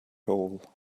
hole